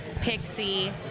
Pixie